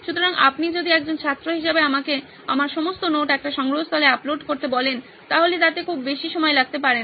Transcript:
সুতরাং আপনি যদি একজন ছাত্র হিসেবে আমাকে আমার সমস্ত নোট একটি সংগ্রহস্থলে আপলোড করতে বলেন তাহলে তাতে খুব বেশি সময় লাগতে পারে না